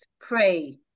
pray